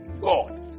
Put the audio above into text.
God